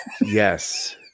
Yes